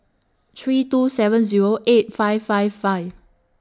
three two seven Zero eight five five five